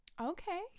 okay